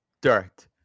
dirt